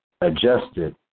adjusted